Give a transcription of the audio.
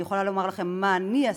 אני יכולה לומר מה אני עשיתי,